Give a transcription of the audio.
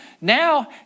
now